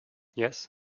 yes